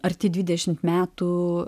arti dvidešim metų